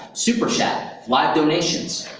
superchat. live donations.